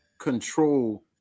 control